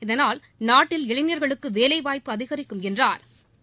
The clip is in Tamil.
இதனால் நாட்டில் இளைஞர்களுக்கு வேலைவாய்ப்பு அதிகரிக்கும் என்றார் அவர்